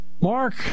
Mark